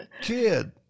kid